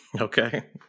okay